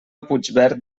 puigverd